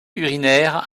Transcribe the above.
urinaires